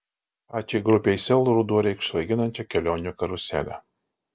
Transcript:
pačiai grupei sel ruduo reikš svaiginančią kelionių karuselę